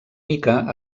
mica